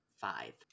five